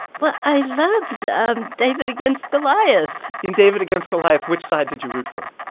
well, i loved um david against goliath in david against goliath, which side did you root for?